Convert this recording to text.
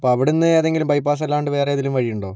ഇപ്പോൾ അവിടുന്നേതെങ്കിലും ബൈപാസ് അല്ലാണ്ട് വേറെ ഏതെങ്കിലും വഴിയുണ്ടോ